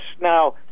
now